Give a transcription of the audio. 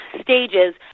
stages